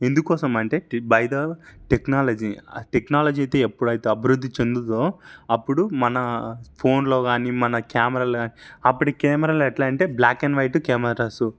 ఎందుకోసం అంటే it is by the technology technology అయితే ఎప్పుడు అయితే అభివృద్ధి చెందుద్దో అప్పుడు మన ఫోన్లోగానీ మన కెమెరాలో కానీ అప్పటి కేమెరాలు ఎట్లా అంటే బ్లాక్ అండ్ వైట్ కేమేరాసు